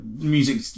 music